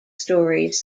stories